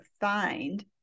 find